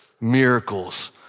miracles